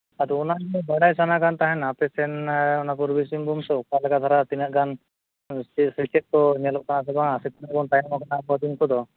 ᱟᱫᱚ ᱚᱱᱟ ᱜᱮ ᱵᱟᱰᱟᱭ ᱥᱟᱢᱱᱟ ᱠᱟᱱ ᱛᱟᱦᱮᱱᱟ ᱟᱯᱮ ᱥᱮᱱ ᱚᱱᱟ ᱯᱩᱨᱵᱤ ᱥᱤᱝᱵᱷᱩᱢ ᱥᱮᱫ ᱚᱠᱟ ᱞᱮᱠᱟ ᱫᱷᱟᱨᱟ ᱛᱤᱱᱟᱹᱜ ᱜᱟᱱ ᱥᱮᱪᱮᱫ ᱠᱚ ᱧᱮᱞᱚᱜ ᱠᱟᱱᱟ ᱥᱮ ᱵᱟᱝ ᱥᱮ ᱛᱤᱱᱟᱹᱜ ᱜᱟᱱ ᱛᱟᱭᱱᱚᱢ ᱠᱟᱱᱟ ᱠᱳᱪᱤᱝ ᱠᱚᱫᱚ